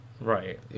right